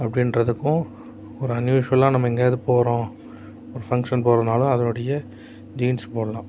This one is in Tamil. அப்படின்றதுக்கும் ஒரு அன்யூஷ்வலாக நம்ம எங்கேயாவது போகிறோம் ஒரு ஃபங்க்ஷன் போகிறதுனாலும் அதனுடைய ஜீன்ஸ் போடலாம்